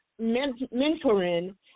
mentoring